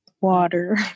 water